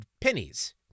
pennies